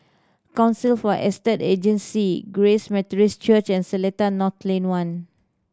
Council for Estate Agency Grace Methodist Church and Seletar North Lane One